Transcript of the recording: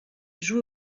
joue